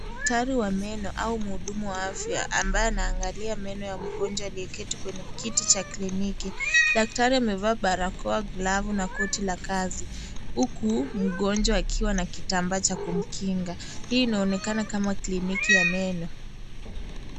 Daktari wa meno au mhudumu wa afya ambaye anaangalia meno ya mgonjwa aliyeketi kwenye kiti cha kliniki. Daktari amevaa barakoa, glavu na koti la kazi huku mgonjwa akiwa na kitambaa cha kumkinga. Hii inaonekana kama kliniki ya meno.